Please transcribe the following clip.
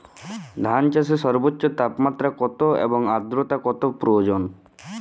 ধান চাষে সর্বোচ্চ তাপমাত্রা কত এবং আর্দ্রতা কত প্রয়োজন?